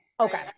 Okay